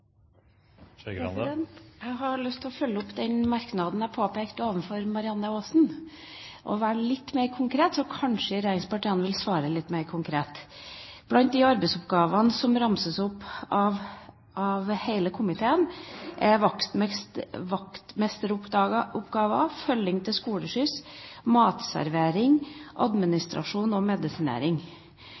Jeg har lyst til å følge opp den merknaden jeg påpekte overfor Marianne Aasen og være litt mer konkret, så kanskje regjeringspartiene vil svare litt mer konkret. Blant de arbeidsoppgavene som ramses opp av hele komiteen, er vaktmesteroppgaven, følging til skoleskyss, matservering, administrasjon og medisinering.